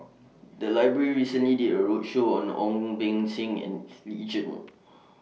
The Library recently did A roadshow on Ong Beng Seng and Lee Tjin